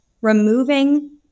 removing